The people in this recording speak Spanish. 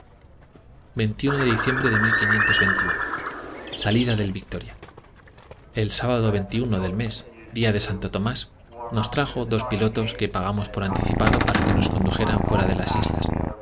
de diciembre de salida del victoria k sábado del mes día de santo tomás nos trajo dos pilotos que pagamos por anticipado para que nos condujeran fuera de las islas